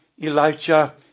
Elijah